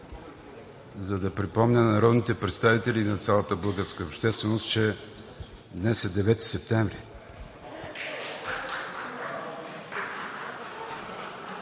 за да припомня на народните представители и на цялата българска общественост, че днес е 9 септември.